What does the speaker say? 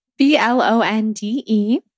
B-L-O-N-D-E